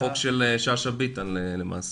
החוק של שאשא ביטון למעשה.